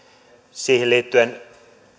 siihen liittyen